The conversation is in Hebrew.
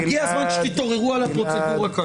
הגיע הזמן שתתעוררו על הפרוצדורה כאן.